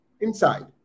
inside